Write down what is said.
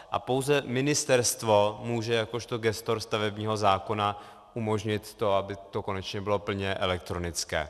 A pouze ministerstvo může jakožto gestor stavebního zákona umožnit to, aby to konečně bylo plně elektronické.